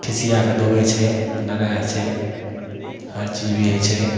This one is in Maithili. खिसिआके दौगै छै लड़ाइ होइ छै हर चीज भी होइ छै